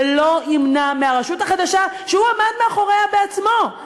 ולא ימנע מהרשות החדשה שהוא עמד מאחוריה בעצמו,